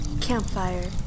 Campfire